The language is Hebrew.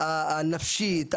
הנפשית,